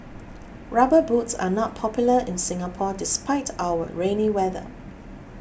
rubber boots are not popular in Singapore despite our rainy weather